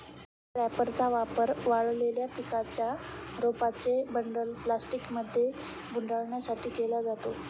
bell रॅपरचा वापर वाळलेल्या पिकांच्या रोपांचे बंडल प्लास्टिकमध्ये गुंडाळण्यासाठी केला जातो